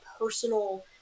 personal